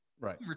Right